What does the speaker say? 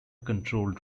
controlled